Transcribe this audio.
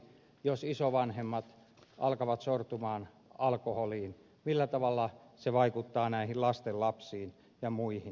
jos isovanhemmat alkavat sortua alkoholiin millä tavalla se vaikuttaa lastenlapsiin ja muihin